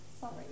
Sorry